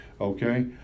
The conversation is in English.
Okay